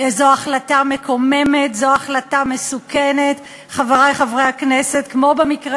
יתאחד ויגיד בקול